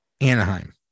Anaheim